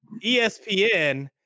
ESPN